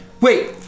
Wait